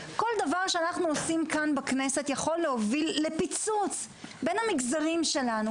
כל דבר שאנחנו עושים כאן בכנסת יכול להוביל לפיצוץ בין המגזרים שלנו,